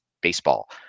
baseball